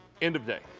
end of day.